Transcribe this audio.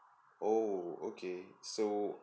oh okay so